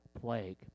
plague